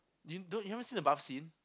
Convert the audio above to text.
you don't you haven't seen the bath scene